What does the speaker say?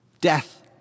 Death